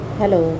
Hello